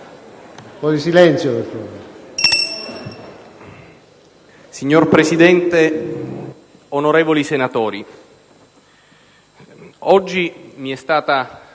Signor Presidente, onorevoli senatori, oggi mi è stata